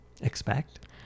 Expect